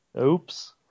Oops